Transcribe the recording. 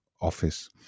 office